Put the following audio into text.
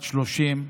בת 30,